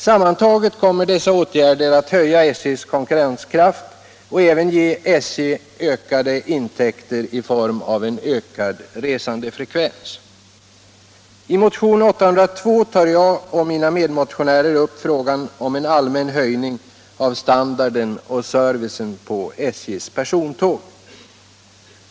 Sammantaget kommer dessa åtgärder att höja SJ:s konkurrenskraft och även ge SJ ökade intäkter i form av en ökad resandefrekvens. I motionen 1976/77:802 tar mina medmotionärer och jag upp frågan om en allmän höjning av standarden och servicen på SJ:s persontåg.